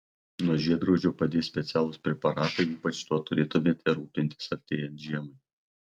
nuo žiedgraužio padės specialūs preparatai ypač tuo turėtumėte rūpintis artėjant žiemai